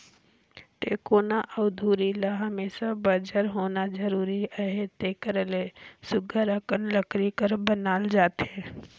टेकोना अउ धूरी ल हमेसा बंजर होना जरूरी अहे तेकर ले सुग्घर अकन लकरी कर बनाल जाथे